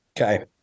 Okay